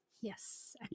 Yes